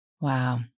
Wow